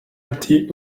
ati